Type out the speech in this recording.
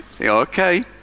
Okay